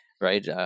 right